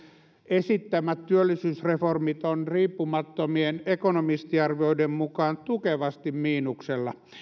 esittämät työllisyysreformit ovat riippumattomien ekonomistiarvioiden mukaan tukevasti miinuksella